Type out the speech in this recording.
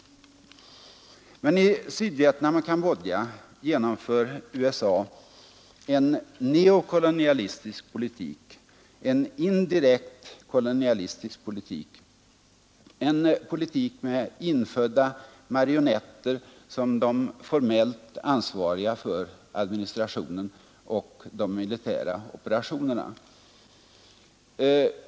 Men i Sydvietnam och Cambodja genomför USA en neokolonialistisk politik, en politik med infödda marionetter som de formellt ansvariga för administrationen och de militära operationerna.